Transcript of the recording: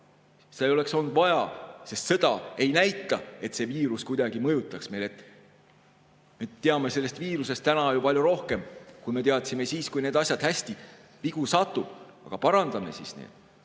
Seda ei oleks olnud vaja, sest sõda ei näita, et see viirus kuidagi mõjutaks. Me teame sellest viirusest täna ju palju rohkem, kui me teadsime siis, kui need asjad … Hästi, vigu satub. Aga parandame siis need!